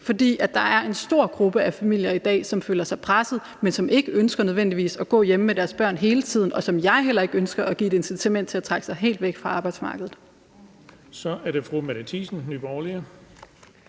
der er en stor gruppe af forældre i dag, som føler sig presset, men som ikke nødvendigvis ønsker at gå hjemme med deres børn hele tiden, og som jeg heller ikke ønsker at give et incitament til at trække sig helt væk fra arbejdsmarkedet.